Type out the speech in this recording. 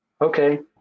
okay